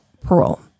parole